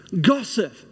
gossip